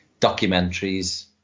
Documentaries